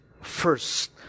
first